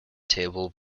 table